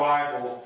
Bible